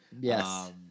Yes